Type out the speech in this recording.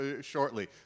shortly